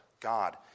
God